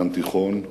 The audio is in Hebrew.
דן תיכון,